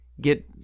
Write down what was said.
get